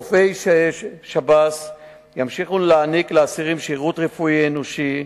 רופאי שירות בתי-הסוהר ימשיכו להעניק לאסירים שירות רפואי אנושי,